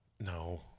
No